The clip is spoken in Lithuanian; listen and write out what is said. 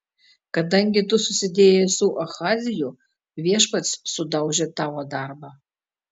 kadangi tu susidėjai su ahaziju viešpats sudaužė tavo darbą